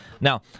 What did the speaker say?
Now